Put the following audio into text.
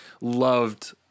loved